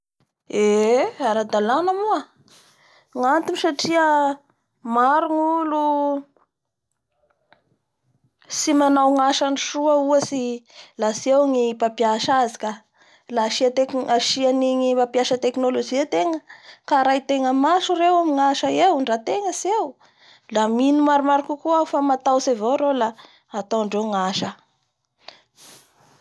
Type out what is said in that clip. Eeee! Da aradalana moa satria amaro gnolo, tsy manao ny asany soa ohatsy laha tsy eo ny mamapaisa azy ka la asiatech- asia an'igny -mamapiasa technologie ategna ka araitenga maso reo amin'ny asa eo ndra ategna tsy eo la mino marimariny kokoa aho fa mataotsy avao reo la ataondreo ngasa.